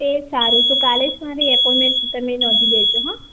એ સારું તો કાલે જ મારી એપોઇમેન્ટ તમે નોંધી લેજો હોં